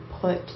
put